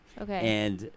Okay